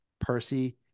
Percy